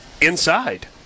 inside